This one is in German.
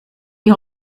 wie